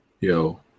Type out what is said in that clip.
Yo